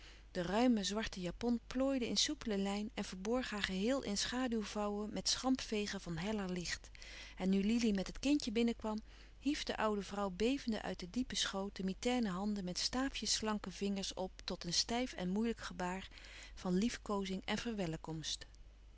de ruime zwarte japon plooide in soupele lijn en verborg haar geheel in schaduwvouwen met schampvegen van heller licht en nu lili met het kindje binnenkwam hief de oude vrouw bevende uit den depen schoot de mitaine handen met staafjesslanke vingers op tot een stijf en moeilijk gebaar van liefkoozing en